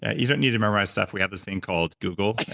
you don't need to memorize stuff, we have this thing called google,